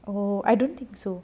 oh I don't think so